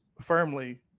firmly